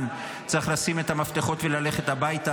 צריך לשים את המפתחות וללכת הביתה,